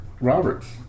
Roberts